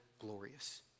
glorious